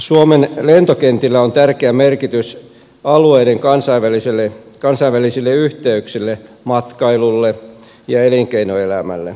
suomen lentokentillä on tärkeä merkitys alueiden kansainvälisille yhteyksille matkailulle ja elinkeinoelämälle